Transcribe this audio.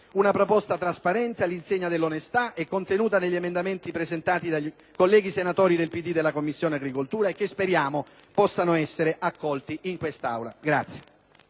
una proposta trasparente e all'insegna dell'onestà, contenuta negli emendamenti presentati dai colleghi senatori del PD della Commissione agricoltura e che si spera possa essere accolta in quest'Aula.